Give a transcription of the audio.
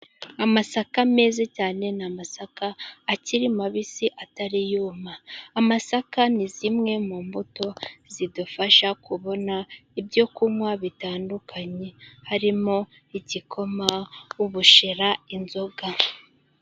Amasaka meza cyane, ni amasaka akiri mabisi atari yuma, amasaka ni zimwe mu mbuto zidufasha kubona ibyo kunywa bitandukanye, harimo igikoma, ubushera, inzoga.